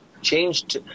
changed